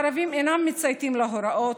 הערבים אינם מצייתים להוראות,